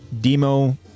Demo